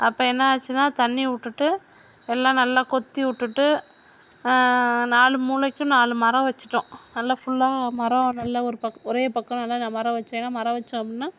அப்போ என்னாச்சுனா தண்ணி விட்டுட்டு எல்லாம் நல்லா கொத்தி விட்டுட்டு நாலு மூலைக்கும் நாலு மரம் வச்சுட்டோம் நல்லா ஃபுல்லாக மரம் நல்ல ஒரு பக்கம் ஒரே பக்கம் நல்லா மரம் வைச்சேனா மரம் வைச்சோம்னா